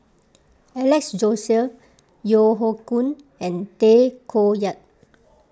Alex Josey Yeo Hoe Koon and Tay Koh Yat